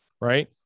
right